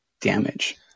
damage